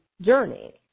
journey